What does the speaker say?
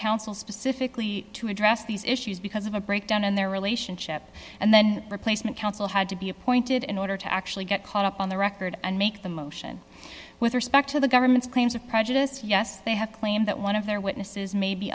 counsel specifically to address these issues because of a breakdown in their relationship and then replacement counsel had to be appointed in order to actually get caught up on the record and make the motion with respect to the government's claims of prejudice yes they have claimed that one of their witnesses may be